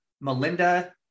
Melinda